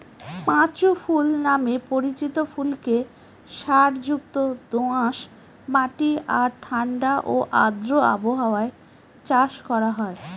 পাঁচু ফুল নামে পরিচিত ফুলকে সারযুক্ত দোআঁশ মাটি আর ঠাণ্ডা ও আর্দ্র আবহাওয়ায় চাষ করা হয়